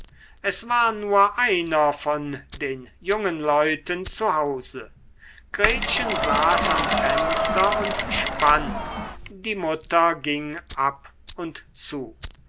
es war nur einer von den jungen leuten zu hause gretchen saß am fenster und spann die mutter ging ab und zu